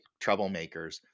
troublemakers